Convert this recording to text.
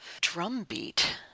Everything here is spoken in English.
drumbeat